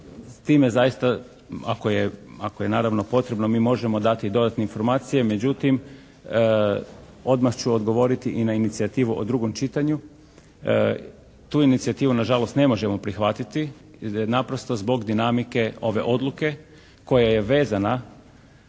time zaista, ako je naravno potrebno mi možemo dati i dodatne informacije. Međutim, odmah ću odgovoriti i na inicijativu o drugom čitanju. Tu inicijativu na žalost ne može prihvatiti naprosto zbog dinamike ove odluke koja je vezana